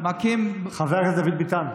חבר הכנסת דוד ביטן,